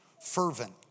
Fervent